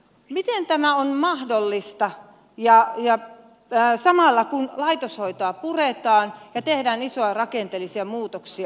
miten tämä on mahdollista samalla kun laitoshoitoa puretaan ja tehdään isoja rakenteellisia muutoksia